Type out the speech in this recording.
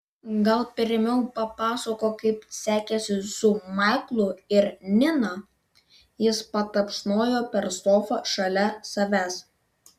gal pirmiau papasakok kaip sekėsi su maiklu ir nina jis patapšnojo per sofą šalia savęs